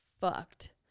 fucked